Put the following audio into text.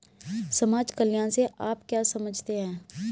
समाज कल्याण से आप क्या समझते हैं?